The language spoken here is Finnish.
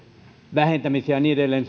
vähentämiseen ja niin edelleen